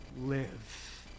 live